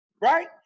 right